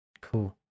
cool